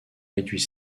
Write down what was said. réduit